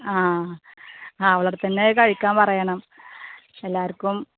ആ ആ അവളുടെ അടുത്ത് തന്നെ കഴിക്കാൻ പറയണം എല്ലാവർക്കും